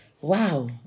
wow